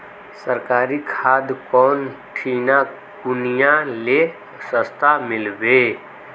सरकारी खाद कौन ठिना कुनियाँ ले सस्ता मीलवे?